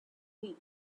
wii